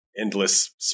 endless